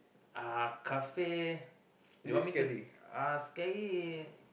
uh kafir you want me to uh scary